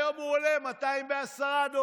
היום הם עולים 210 דולר,